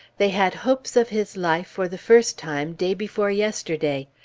they had hopes of his life for the first time day before yesterday.